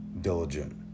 diligent